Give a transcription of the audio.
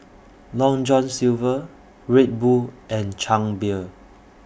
Long John Silver Red Bull and Chang Beer